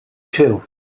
too